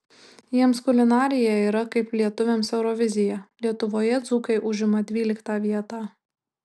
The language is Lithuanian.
jiems kulinarija yra kaip lietuviams eurovizija lietuvoje dzūkai užima dvyliktą vietą